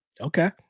Okay